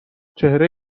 چهره